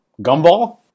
gumball